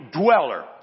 dweller